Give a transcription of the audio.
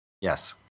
Yes